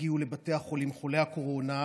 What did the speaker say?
חולי הקורונה,